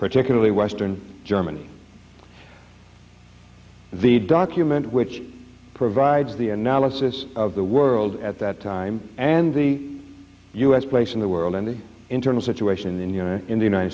particularly western germany the document which provides the analysis of the world at that time and the us place in the world and the internal situation in the you know in the united